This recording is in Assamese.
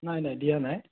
নাই নাই দিয়া নাই